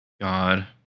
God